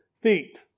feet